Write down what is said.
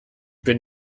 bin